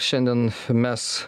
šiandien mes